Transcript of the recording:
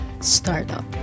startup